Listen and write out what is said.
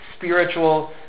spiritual